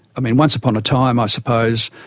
i mean once upon a time i suppose,